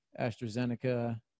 AstraZeneca